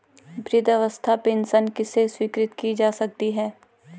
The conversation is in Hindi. वृद्धावस्था पेंशन किसे स्वीकृत की जा सकती है?